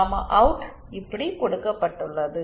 gamma out இப்படி கொடுக்கப்பட்டுள்ளது